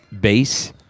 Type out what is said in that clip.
bass